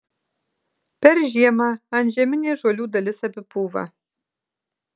per žiemą antžeminė žolių dalis apipūva